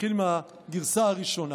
נתחיל מהגרסה הראשונה.